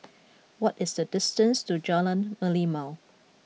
what is the distance to Jalan Merlimau